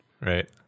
Right